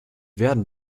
werden